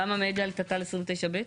כמה מגה על תת"ל 29(ב)?